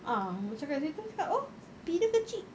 ah macam kat situ cakap oh pee dia kecil